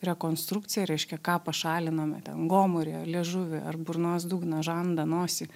rekonstrukcija reiškia ką pašalinome ten gomurį liežuvį ar burnos dugną žandą nosį